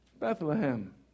Bethlehem